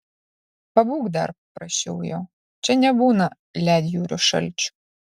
pabūk dar prašiau jo čia nebūna ledjūrio šalčių